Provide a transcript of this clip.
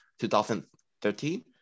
2013